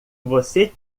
você